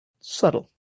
subtle